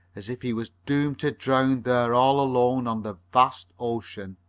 as if he was doomed to drown there all alone on the vast ocean.